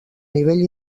nivell